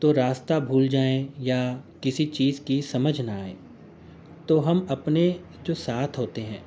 تو راستہ بھول جائیں یا کسی چیز کی سمجھ نہ آئیں تو ہم اپنے جو ساتھ ہوتے ہیں